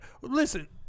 listen